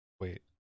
Wait